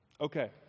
Okay